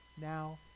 now